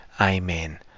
Amen